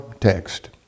text